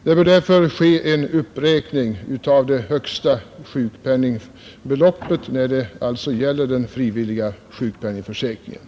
Det bör därför ske en uppräkning av det högsta sjukpenningbeloppet inom den frivilliga sjukpenningförsäkringen.